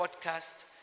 podcast